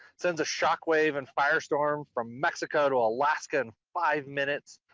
sends a shockwave and firestorm from mexico to alaska in five minutes.